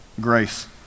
grace